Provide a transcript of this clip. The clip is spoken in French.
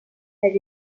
elle